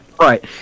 Right